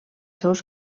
seus